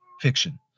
fiction